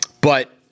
but-